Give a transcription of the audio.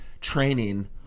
training